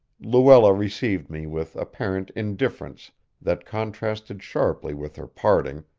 luella received me with apparent indifference that contrasted sharply with her parting,